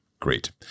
Great